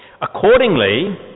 Accordingly